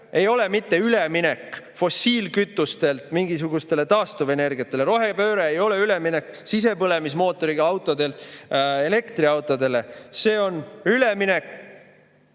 ei ole mitte üleminek fossiilkütustelt mingisugusele taastuvenergiale, rohepööre ei ole üleminek sisepõlemismootoriga autodelt elektriautodele, vaid see on üleminek